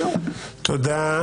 תודה.